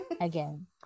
Again